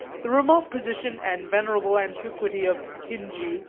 the remote position and venerable antiquity of tingi,